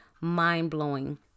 mind-blowing